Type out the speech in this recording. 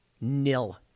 nil